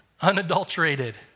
unadulterated